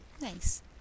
Nice